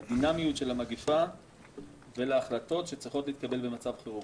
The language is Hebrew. לדינמיות של המגפה ולהחלטות שצריכות להתקבל במצב חרום.